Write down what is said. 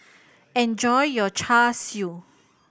enjoy your Char Siu